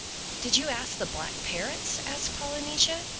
did you ask the black parrots? asked polynesia.